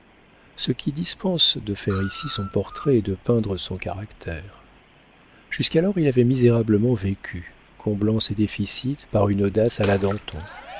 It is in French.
ce qui dispense de faire ici son portrait et de peindre son caractère jusqu'alors il avait misérablement vécu comblant ses déficits par une audace à la